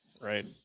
Right